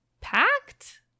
packed